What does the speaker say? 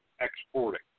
exporting